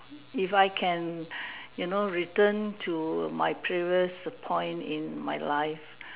if I can you know return to my previous point in my life